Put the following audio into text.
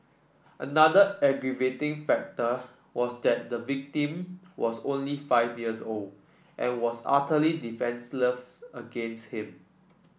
another aggravating factor was that the victim was only five years old and was utterly defenceless against him